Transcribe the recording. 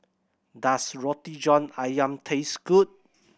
does Roti John Ayam taste good